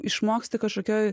išmoksti kažkokioj